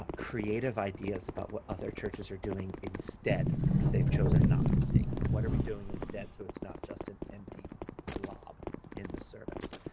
ah creative ideas about what other churches are doing instead if they've chosen not to sing. what are we doing instead, so it's not just an empty blob in the service.